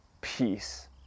peace